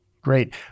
Great